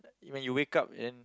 when you wake up then